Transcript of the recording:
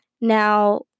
Now